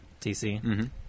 TC